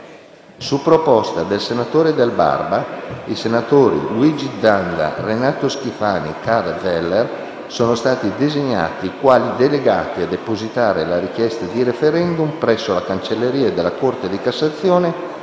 Su proposta del senatore Del Barba, i senatori Luigi Zanda, Renato Schifani e Karl Zeller sono stati designati quali delegati a depositare la richiesta di *referendum* presso la cancelleria della Corte di cassazione,